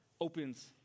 opens